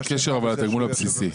מה הקשר לתגמול הבסיסי?